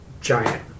Giant